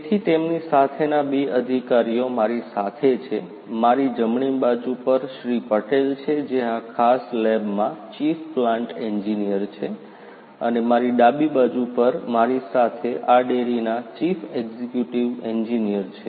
તેથી તેમની સાથેના બે અધિકારીઓ મારી સાથે છે મારી જમણી બાજુ પર શ્રી પટેલ છે જે આ ખાસ લેબમાં ચીફ પ્લાન્ટ એન્જિનિયર છે અને મારી ડાબી બાજુ પર મારી સાથે આ ડેરીના ચીફ એક્ઝિક્યુટિવ એન્જિનિયર છે